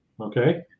okay